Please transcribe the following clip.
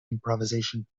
improvisation